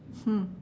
hmm